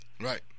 Right